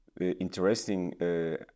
interesting